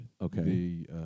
Okay